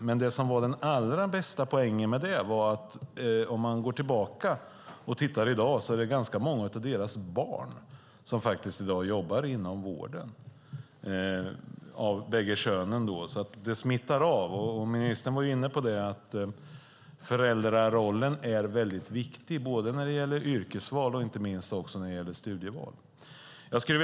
Men det bästa med det är att många av deras barn, av bägge könen, i dag jobbar inom vården. Det smittar av sig. Ministern var ju inne på att föräldrarollen är viktig både när det gäller yrkesval och studieval.